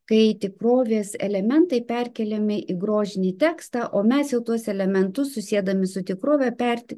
kai tikrovės elementai perkeliami į grožinį tekstą o mes jau tuos elementus susiedami su tikrove perti